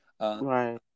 Right